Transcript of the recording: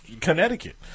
Connecticut